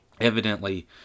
evidently